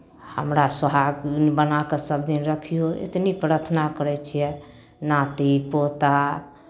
हमरा सोहागिन बना कऽ सभदिन रखिहऽ एतनी प्रार्थना करै छियै नाती पोता